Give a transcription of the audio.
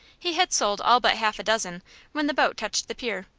he had sold all but half a dozen when the boat touched the pier.